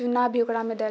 चूना भी ओकरामे डालल